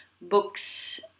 books